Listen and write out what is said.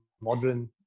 modern